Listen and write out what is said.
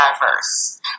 diverse